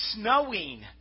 snowing